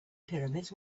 pyramids